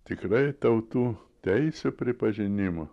tikrai tautų teisių pripažinimo